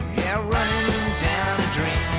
yeah, runnin' down a dream